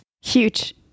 Huge